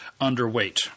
underweight